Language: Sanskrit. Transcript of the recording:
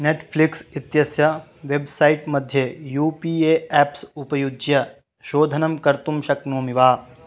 नेट्फ़्लिक्स् इत्यस्य वेब्सैट् मध्ये यू पी ए एप्स् उपयुज्य शोधनं कर्तुं शक्नोमि वा